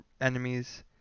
enemies